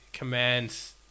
Commands